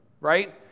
Right